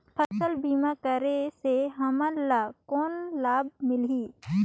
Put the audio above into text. फसल बीमा करे से हमन ला कौन लाभ मिलही?